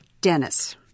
Dennis